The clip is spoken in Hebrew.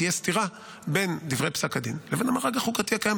לא תהיה סתירה בין דברי פסק הדין לבין המארג החוקתי הקיים.